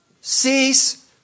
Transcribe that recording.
cease